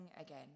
again